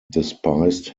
despised